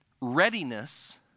readiness